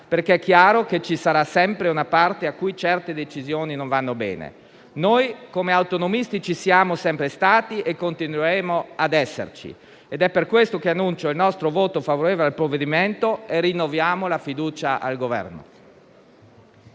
perché è chiaro che ci sarà sempre una parte a cui certe decisioni non vanno bene. Noi come autonomisti ci siamo sempre stati e continueremo ad esserci ed è per questo che annuncio il voto favorevole del Gruppo al provvedimento e rinnoviamo la fiducia al Governo.